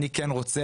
שאני כן רוצה,